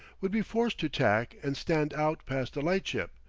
would be forced to tack and stand out past the lightship,